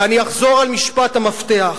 ואני אחזור על משפט המפתח: